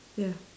ya